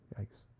Yikes